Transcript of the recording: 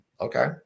Okay